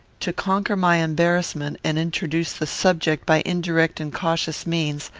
to conquer my embarrassment, and introduce the subject by indirect and cautious means,